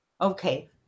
Okay